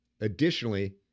additionally